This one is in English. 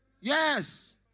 Yes